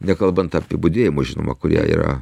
nekalbant apie budėjimus žinoma kurie yra